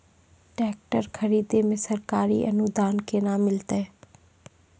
Tractor खरीदै मे सरकारी अनुदान केना मिलतै?